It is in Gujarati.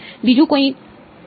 બીજું કંઈ